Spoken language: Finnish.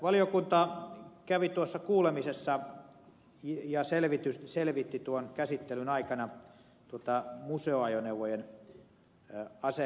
valiokunta kävi tuossa kuulemisessa ja selvitti käsittelyn aikana tuota museoajoneuvojen asemaa tässä säännöksessä